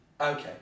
Okay